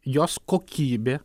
jos kokybė